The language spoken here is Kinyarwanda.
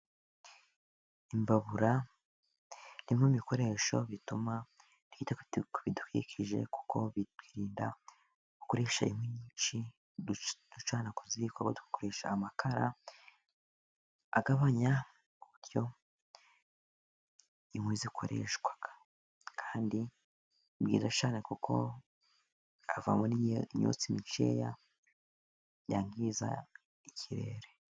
Imbabura ni imwe mu bikoresho bituma twita ku bidukikije kuko birinda gukoresha inkwi nyinshi. Kuko zikoresha amakara agabanya uburyo inkwi zikoreshwa kandi ni byiza cyane, kuko havamo n'imyotsi mikeya yangiza ikirere.